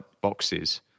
boxes